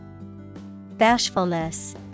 Bashfulness